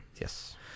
Yes